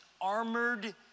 armored